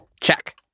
Check